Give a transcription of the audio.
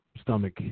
stomach